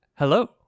Hello